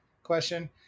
question